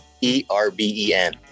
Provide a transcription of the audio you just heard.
e-r-b-e-n